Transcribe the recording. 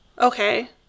Okay